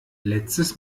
letztes